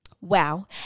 Wow